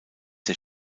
der